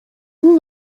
vous